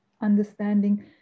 understanding